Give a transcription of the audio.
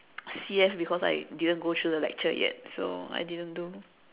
C_F because I didn't go through the lecture yet so I didn't do